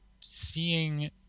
seeing